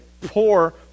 poor